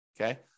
Okay